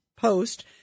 post